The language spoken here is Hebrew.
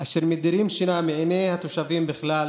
אשר מדירים שינה מעיני התושבים בכלל